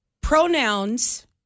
pronouns